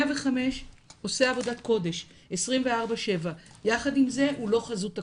105 עושה עבודת קודש 24/7 יחד עם זה הוא לא חזות הכול,